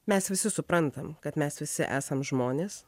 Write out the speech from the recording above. mes visi suprantam kad mes visi esam žmonės